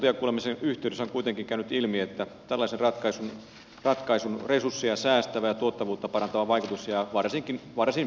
talousvaliokunnassa asiantuntijakuulemisen yhteydessä on kuitenkin käynyt ilmi että tällaisen ratkaisun resursseja säästävä ja tuottavuutta parantava vaikutus jää varsin pieneksi